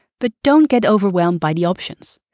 but don't get overwhelmed by the options.